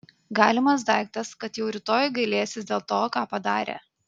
galimas daiktas kad jau rytoj gailėsis dėl to ką padarė